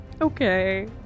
Okay